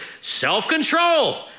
self-control